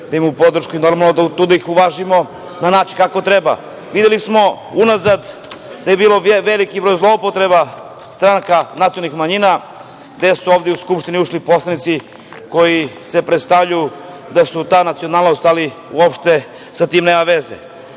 da imaju podršku i normalno da ih uvažimo na način kako treba. Videli smo unazad da je bilo velikog broja zloupotreba stranaka nacionalnih manjina, gde su ovde u Skupštinu ušli poslanici koji se predstavljaju da su ta nacionalnost, ali uopšte sa tim nema veze. Ja